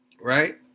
right